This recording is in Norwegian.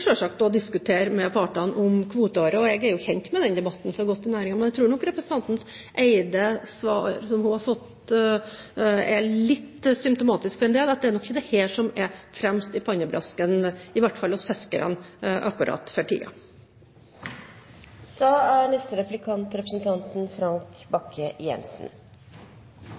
diskutere kvoteåret med partene, og jeg er kjent med den debatten som har gått i næringen. Men jeg tror nok det svaret representanten Eide har fått, er litt symptomatisk for en del – at det i hvert fall ikke er dette som er fremst i pannebrasken hos fiskerne akkurat for